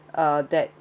uh that